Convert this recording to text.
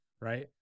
Right